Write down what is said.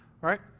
right